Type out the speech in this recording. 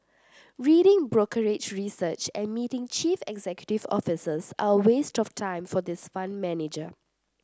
reading brokerage research and meeting chief executive officers are a waste of time for this fund manager